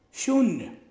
शून्य